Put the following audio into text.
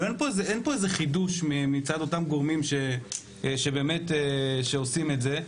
אין פה איזה חידוש מצד אותם גורמים שעושים את זה.